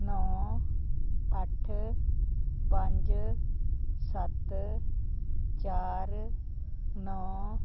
ਨੌਂ ਅੱਠ ਪੰਜ ਸੱਤ ਚਾਰ ਨੌਂ